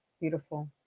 Beautiful